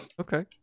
okay